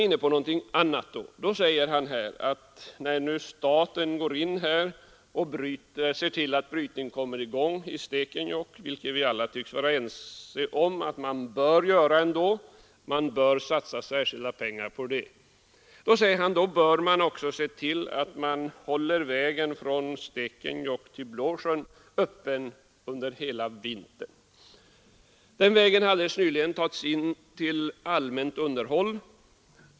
Herr Stjernström säger att när nu staten går in och ser till att brytning kommer i gång i Stekenjokk, vilket vi alla tycks vara ense om bör ske, då bör man också se till att vägen från Stekenjokk till Blåsjön hålls öppen under hela vintern. Den vägen har alldeles nyligen förts över till allmänt underhåll.